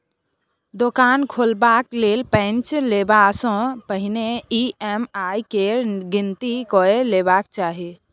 दोकान खोलबाक लेल पैंच लेबासँ पहिने ई.एम.आई केर गिनती कए लेबाक चाही